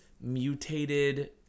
mutated